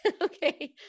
okay